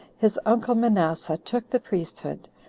his uncle manasseh took the priesthood,